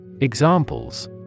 Examples